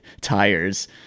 tires